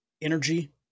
energy